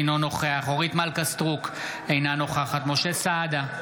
אינו נוכח אורית מלכה סטרוק, אינה נוכחת משה סעדה,